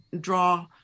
draw